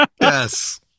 Yes